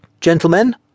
Gentlemen